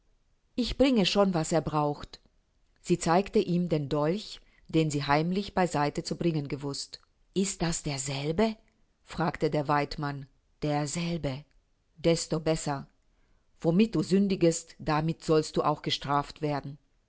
ich bringe schon was er braucht sie zeigte ihm den dolch den sie heimlich bei seite zu bringen gewußt ist das derselbe fragte der waidmann derselbe desto besser womit du sündigest damit sollst du auch gestraft werden